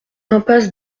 impasse